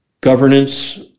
governance